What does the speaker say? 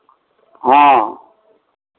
हँ